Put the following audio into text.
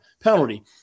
penalty